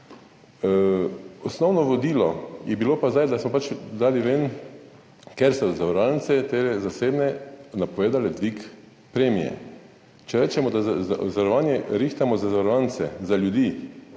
Osnovno vodilo je bilo pa zdaj, da smo pač dali ven, ker so zavarovalnice, te zasebne, napovedale dvig premije. Če rečemo, da zavarovanje rihtamo za zavarovance, za ljudi,